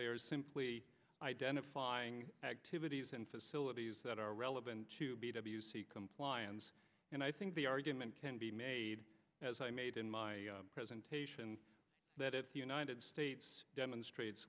they are simply identifying activities and facilities that are relevant to b w c compliance and i think the argument can be made as i made in my presentation that it united states demonstrates